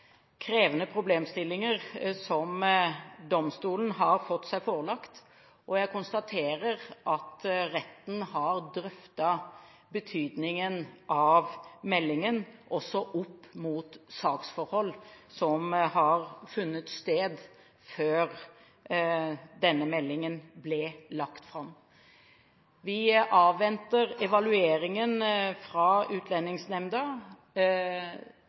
krevende problemstillinger som domstolen har fått seg forelagt, og jeg konstaterer at retten har drøftet betydningen av meldingen også opp mot saksforhold som har funnet sted før denne meldingen ble lagt fram. Vi avventer evalueringen fra Utlendingsnemnda.